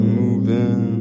moving